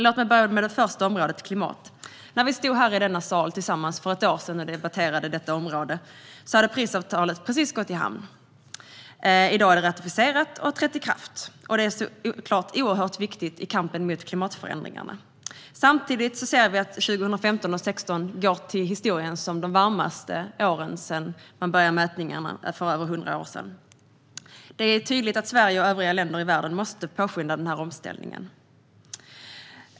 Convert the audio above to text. Låt mig börja med det första området, klimatet. När vi stod här i denna sal för ett år sedan och debatterade detta område hade Parisavtalet precis gått i hamn. I dag är det ratificerat och har trätt i kraft. Detta är såklart oerhört viktigt i kampen mot klimatförändringarna. Samtidigt ser vi att 2015 och 2016 går till historien som de varmaste åren sedan man började göra mätningarna för över hundra år sedan. Det är tydligt att Sverige och övriga länder i världen måste påskynda den här omställningen.